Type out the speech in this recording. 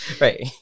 Right